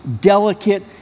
delicate